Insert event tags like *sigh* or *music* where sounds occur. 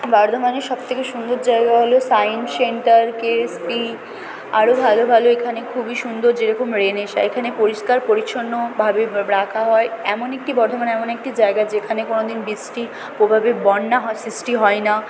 বর্ধমানের সব থেকে সুন্দর জায়গা হল সায়েন্স সেন্টার কেএসপি আরও ভালো ভালো এখানে খুবই সুন্দর যেরকম রেনেসাঁ এখানে পরিষ্কার পরিচ্ছন্নভাবে *unintelligible* রাখা হয় এমন একটি বর্ধমান এমন একটি জায়গা যেখানে কোনো দিন বৃষ্টির প্রভাবে বন্যার *unintelligible* সৃষ্টি হয় না